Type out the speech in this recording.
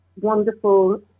wonderful